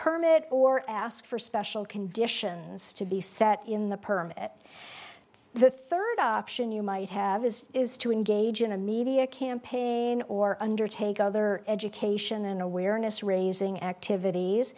permit or ask for special conditions to be set in the permit the third option you might have is is to engage in a media campaign or undertake other education and awareness raising activities